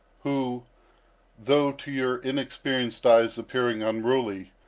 who though to your inexperienced eyes appearing unruly,